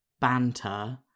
banter